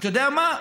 אתה יודע מה?